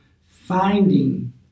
finding